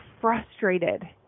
frustrated